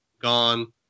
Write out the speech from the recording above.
gone